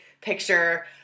picture